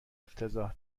افتضاح